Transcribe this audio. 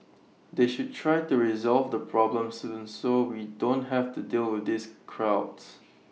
they should try to resolve the problem sooner so we don't have to deal with these crowds